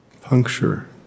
puncture